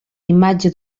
imatge